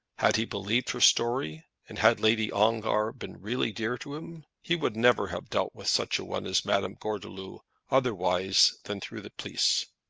had he believed her story, and had lady ongar been really dear to him, he would never have dealt with such a one as madame gordeloup otherwise than through the police.